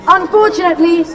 Unfortunately